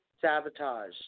Sabotage